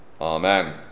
Amen